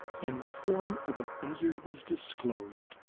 and the form of a buzzard was disclosed.